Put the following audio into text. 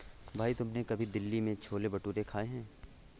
भाई तुमने कभी दिल्ली के छोले भटूरे खाए हैं?